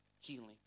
healing